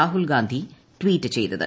Rahul Gandhi tweet ചെയ്തത്